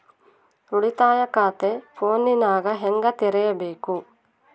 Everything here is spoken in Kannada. ಉಳಿತಾಯ ಖಾತೆ ಫೋನಿನಾಗ ಹೆಂಗ ತೆರಿಬೇಕು?